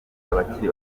abakiri